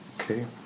Okay